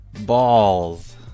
balls